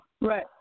Right